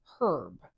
herb